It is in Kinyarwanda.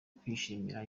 kwishimira